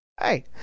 hey